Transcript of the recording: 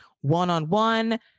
one-on-one